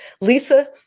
Lisa